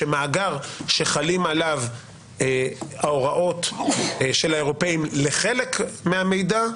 שמאגר שחלים עליו ההוראות של האירופאים לחלק מהמידע,